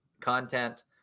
content